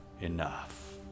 enough